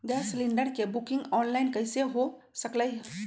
Gas cylinder के booking online कईसे हो सकलई ह?